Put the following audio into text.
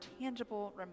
tangible